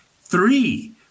three